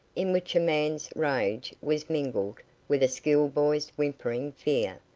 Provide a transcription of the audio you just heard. in which a man's rage was mingled with a schoolboy's whimpering fear.